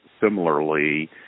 similarly